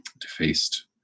defaced